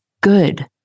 good